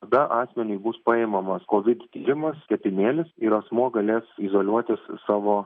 tada asmeniui bus paimamas kovid tyrimas tepinėlis ir asmuo galės izoliuotis savo